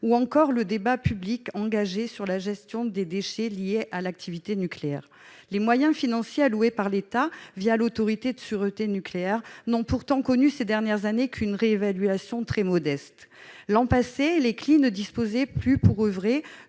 ou encore débat public engagé sur la gestion des déchets liés à l'activité nucléaire. Les moyens financiers alloués par l'État, l'Autorité de sûreté nucléaire, n'ont pourtant connu qu'une réévaluation très modeste ces dernières années. L'an passé, les CLI ne disposaient plus pour oeuvrer,